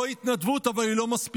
זו התנדבות, אבל היא לא מספיקה,